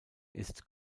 ist